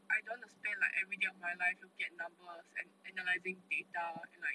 I don't want to spend like everyday of my life looking at numbers and analysing data and like